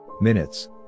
Minutes